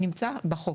נמצא בחוק.